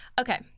Okay